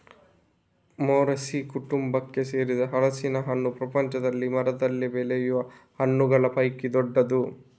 Moraceae ಕುಟುಂಬಕ್ಕೆ ಸೇರಿದ ಹಲಸಿನ ಹಣ್ಣು ಪ್ರಪಂಚದಲ್ಲಿ ಮರದಲ್ಲಿ ಬೆಳೆಯುವ ಹಣ್ಣುಗಳ ಪೈಕಿ ದೊಡ್ಡದು